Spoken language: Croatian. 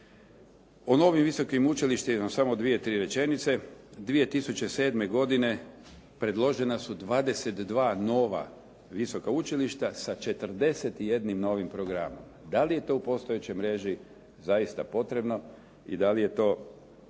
O novim visokim učilištima samo dvije tri rečenice. 2007. godine predložena su 22 nova visoka učilišta sa 41 novim programom. Da li je to u postojećoj mreži zaista potrebno i da li je to